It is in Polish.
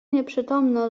nieprzytomny